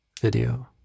video